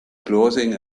clothing